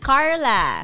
Carla